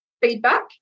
feedback